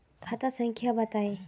खाता संख्या बताई?